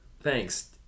Thanks